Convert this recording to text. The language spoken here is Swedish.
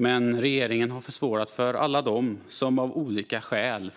Men regeringen har försvårat för alla dem som av olika skäl